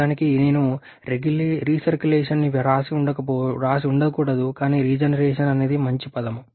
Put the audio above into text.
నిజానికి నేను రీసర్క్యులేషన్ని వ్రాసి ఉండకూడదు కానీ రీజనరేషన్ అనేది మంచి పదం